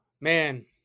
man